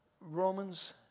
Romans